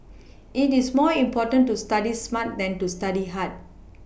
it is more important to study smart than to study hard